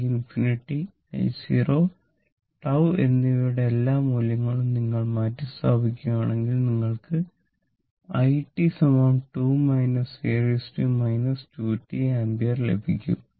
I∞ i0 τ എന്നിവയുടെ എല്ലാ മൂല്യങ്ങളും നിങ്ങൾ മാറ്റിസ്ഥാപിക്കുകയാണെങ്കിൽ നിങ്ങൾക്ക് i ആമ്പിയർ ലഭിക്കും